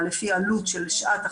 בהמשך.